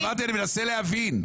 אמרתי שאני מנסה להבין.